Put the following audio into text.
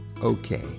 okay